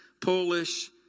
Polish